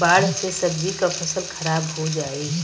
बाढ़ से सब्जी क फसल खराब हो जाई